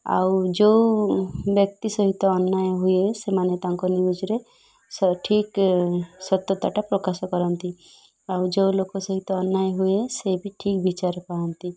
ଆଉ ଯେଉଁ ବ୍ୟକ୍ତି ସହିତ ଅନ୍ୟାୟ ହୁଏ ସେମାନେ ତାଙ୍କ ନ୍ୟୁଜ୍ରେ ଠିକ୍ ସତ୍ୟତାଟା ପ୍ରକାଶ କରନ୍ତି ଆଉ ଯେଉଁ ଲୋକ ସହିତ ଅନ୍ୟାୟ ହୁଏ ସେ ବି ଠିକ୍ ବିଚାର ପାଆନ୍ତି